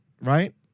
right